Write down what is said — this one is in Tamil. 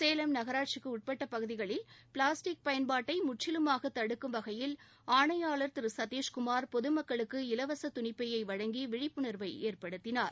சேலம் நகராட்சிக்கு உட்பட்ட பகுதிகளில் பிளாஸ்டிக் பயன்பாட்டை முற்றிலுமாக தடுக்கும் வகையில் ஆணையாளர் திரு சதீஷ்குமார் பொதமக்களுக்கு இலவச துணிப்பையை வழங்கி விழிப்புணர்வை ஏற்படுத்தினார்